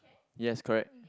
yes correct